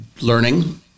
learning